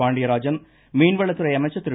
பாண்டியராஜன் மீன்வளத்துறை அமைச்சர் திரு